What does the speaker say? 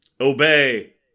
Obey